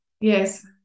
Yes